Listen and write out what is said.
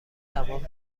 تمام